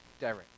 Derek